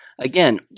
Again